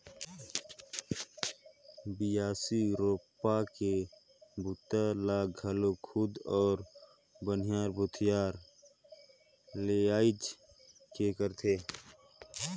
बियासी, रोपा के बूता ल घलो खुद अउ बनिहार भूथिहार लेइज के करथे